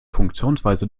funktionsweise